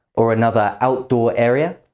or another outdoor area?